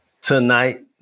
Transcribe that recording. tonight